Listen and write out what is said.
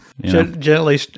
gently